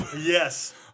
Yes